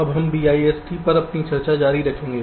अब हम BIST पर अपनी चर्चा जारी रखेंगे